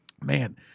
man